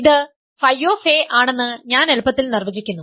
ഇത് ф ആണെന്ന് ഞാൻ എളുപ്പത്തിൽ നിർവചിക്കുന്നു